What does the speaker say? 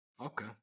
Okay